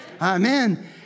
Amen